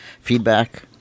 feedback